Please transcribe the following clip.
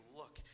look